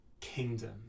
kingdom